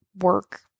work